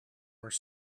were